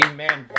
Amen